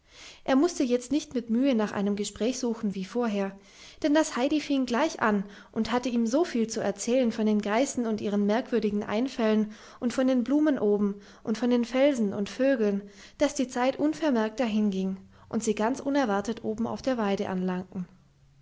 er mußte jetzt nicht mit mühe nach einem gespräch suchen wie vorher denn das heidi fing gleich an und hatte ihm so viel zu erzählen von den geißen und ihren merkwürdigen einfällen und von den blumen oben und den felsen und vögeln daß die zeit unvermerkt dahinging und sie ganz unerwartet oben auf der weide anlangten